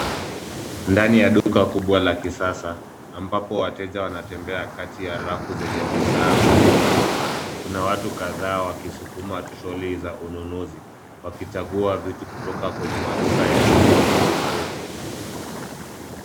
Ndani ya duka kubwa la kisasa ambapo wateja wanatembea kati ya rafu zenye bidhaa mbali mbali. Kuna watu kadhaa wakisukuma trolley za ununuzi wakichagua vitu kutoka kwenye maduka yaliyopangwa vizuri.